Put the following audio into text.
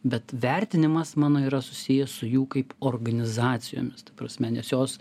bet vertinimas mano yra susijęs su jų kaip organizacijomis ta prasme nes jos